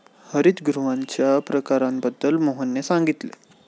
हरितगृहांच्या प्रकारांबद्दल मोहनने सांगितले